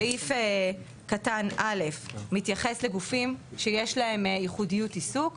סעיף קטן א' מתייחס לגופים שיש להם ייחודיות עיסוק,